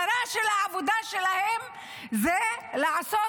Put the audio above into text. שהמטרה של העבודה שלהם זה לעשות